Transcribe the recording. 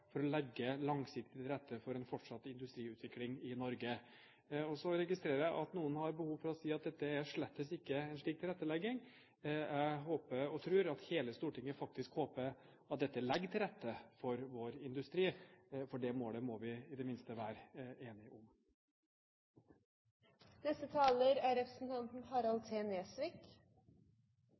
om å legge langsiktig til rette for en fortsatt industriutvikling i Norge. Jeg registrerer at noen har behov for å si at dette slett ikke er en slik tilrettelegging. Jeg håper og tror at hele Stortinget faktisk håper at dette legger til rette for vår industri, for det målet må vi i det minste være enige om. Jeg tror jeg må minne statsråden om at det er